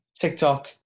TikTok